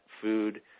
food